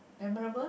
memorable